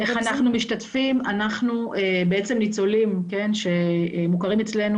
בעצם ניצולים שמוכרים אצלנו,